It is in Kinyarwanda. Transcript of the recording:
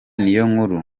niyonkuru